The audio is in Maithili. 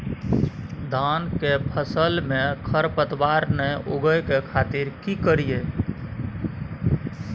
धान के फसल में खरपतवार नय उगय के खातिर की करियै?